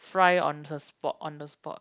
fry on the spot on the spot